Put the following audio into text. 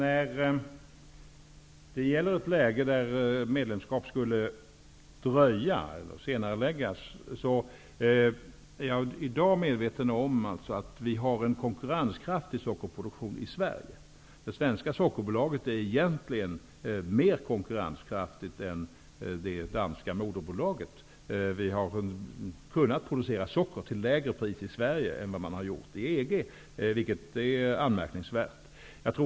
Fru talman! Jag är medveten om att vi i dag har en konkurrenskraftig sockerproduktion i Sverige. Det svenska Sockerbolaget är egentligen mer konkurrenskraftigt än det danska moderbolaget. Vi har kunnat producera socker till lägre pris i Sverige än vad man har gjort i EG, vilket är anmärkningsvärt.